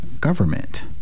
government